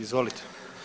Izvolite.